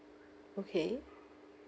okay